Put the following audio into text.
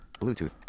Bluetooth